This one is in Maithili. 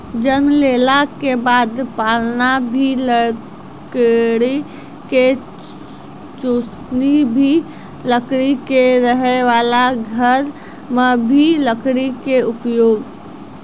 जन्म लेला के बाद पालना भी लकड़ी के, चुसनी भी लकड़ी के, रहै वाला घर मॅ भी लकड़ी के उपयोग